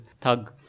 thug